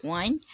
one